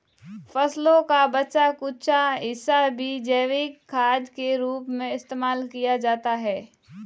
फसलों का बचा कूचा हिस्सा भी जैविक खाद के रूप में इस्तेमाल किया जाता है